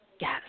Yes